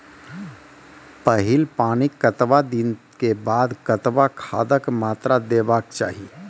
पहिल पानिक कतबा दिनऽक बाद कतबा खादक मात्रा देबाक चाही?